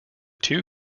two